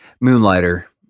Moonlighter